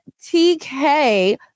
TK